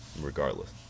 regardless